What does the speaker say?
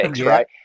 Right